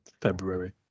February